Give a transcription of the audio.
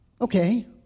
Okay